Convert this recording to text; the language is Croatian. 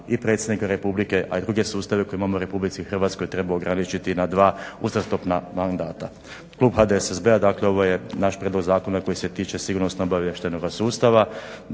i predsjednika Republike, a i druge sustave koje imamo u Republici Hrvatskoj trebao ograničiti na dva uzastopna mandata. Klub HDSSB-a dakle ovo je naš prijedlog zakona koji se tiče sigurnosno-obavještajnog sustava.